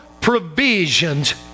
provisions